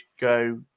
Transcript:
go